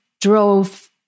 drove